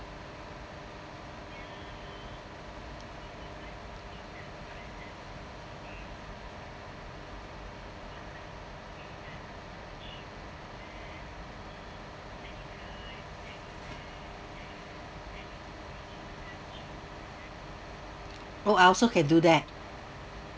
oh I also can do that